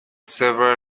several